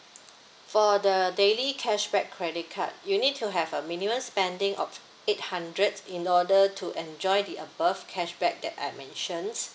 for the daily cashback credit card you need to have a minimum spending of eight hundred in order to enjoy the above cashback that I mentioned